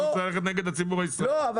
לא.